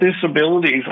disabilities